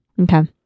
Okay